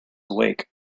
awake